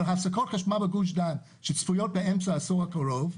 הפסקות חשמל בגוש דן שצפויות באמצע העשור הקרוב,